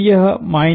तो यहहै